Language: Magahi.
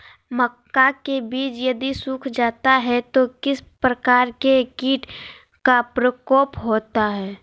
मक्का के बिज यदि सुख जाता है तो किस प्रकार के कीट का प्रकोप होता है?